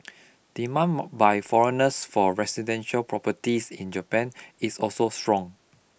demand ma by foreigners for residential properties in Japan is also strong